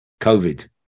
covid